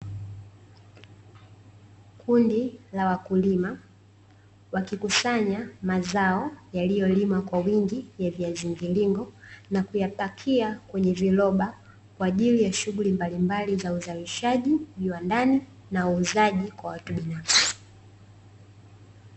Kundi la wakulima; wakikusanya mazao yaliyolimwa kwa wingi ya viazi mviringo, na kuyapakia kwenye viroba, kwa ajili ya shughuli mbalimbali za uzalishaji viwandani, na uuzaji wa watu binafsi.